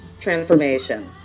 transformation